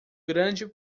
grande